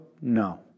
No